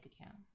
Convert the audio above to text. account